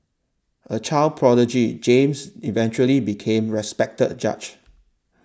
a child prodigy James eventually became respected judge